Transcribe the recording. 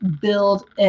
build